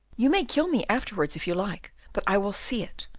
you may kill me afterwards if you like, but i will see it,